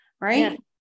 right